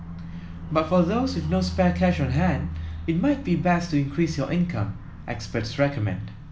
but for those with no spare cash on hand it might be best to increase your income experts recommend